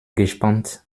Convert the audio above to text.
gespannt